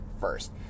first